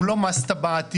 הוא לא מס טבעתי,